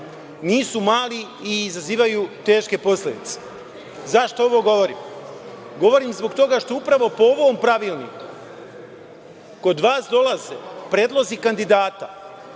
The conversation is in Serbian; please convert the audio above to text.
Nisu mali i izazivaju teške posledice.Zašto ovo govorim? Govorim zbog toga što upravo po ovom pravilniku kod vas dolaze predlozi kandidata